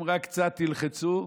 אם רק קצת תלחצו,